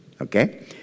okay